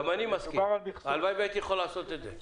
גם אני מסכים, הלוואי ויכולתי לעשות את זה.